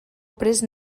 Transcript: prest